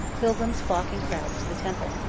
pilgrims flock in crowds to the temple.